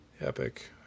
epic